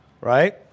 right